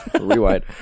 rewind